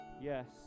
Yes